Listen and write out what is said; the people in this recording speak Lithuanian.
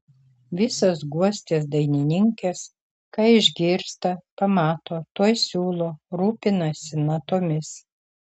visos guostės dainininkės ką išgirsta pamato tuoj siūlo rūpinasi natomis